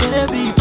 Baby